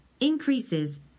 increases